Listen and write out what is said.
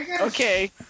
Okay